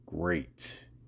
great